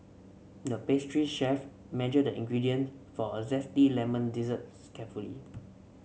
the pastry chef measured the ingredient for a zesty lemon dessert carefully